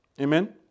amen